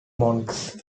monks